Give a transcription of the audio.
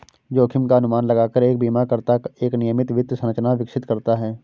जोखिम का अनुमान लगाकर एक बीमाकर्ता एक नियमित वित्त संरचना विकसित करता है